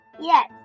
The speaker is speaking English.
Yes